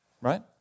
Right